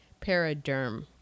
Paraderm